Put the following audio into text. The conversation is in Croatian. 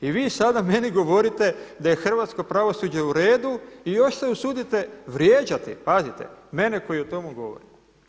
I vi sada meni govorite da je hrvatsko pravosuđe u redu i još se usudite vrijeđati, pazite mene koji o tome govorim.